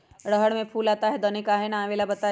रहर मे फूल आता हैं दने काहे न आबेले बताई?